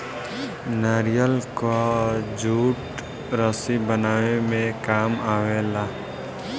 नारियल कअ जूट रस्सी बनावे में काम आवेला